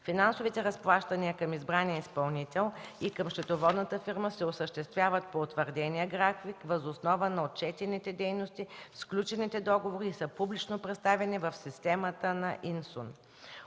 Финансовите разплащания към избрания изпълнител и към счетоводната фирма се осъществяват по утвърдения график въз основа на отчетените дейности. Сключените договори са публично представени в системата на ИСУН